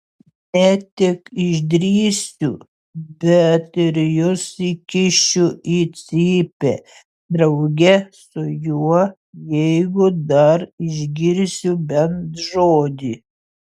ne tik išdrįsiu bet ir jus įkišiu į cypę drauge su juo jeigu dar išgirsiu bent žodį